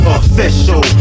official